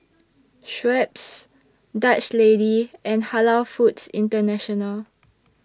Schweppes Dutch Lady and Halal Foods International